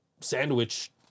sandwich